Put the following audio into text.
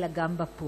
אלא גם בפועל.